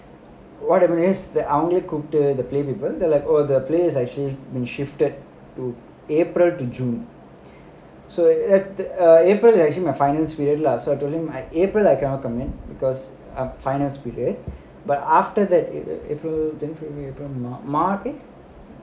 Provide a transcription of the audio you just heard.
whatever is அவங்களே கூப்டு:avangalae koopdu the play have actually been shifted to april to june so at april is actually my finals period lah so I told them like april I cannot commit because finals period but after that the april